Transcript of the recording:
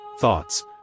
thoughts